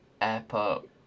airport